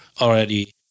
already